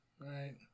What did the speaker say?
right